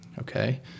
okay